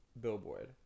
billboard